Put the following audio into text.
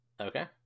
Okay